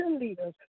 leaders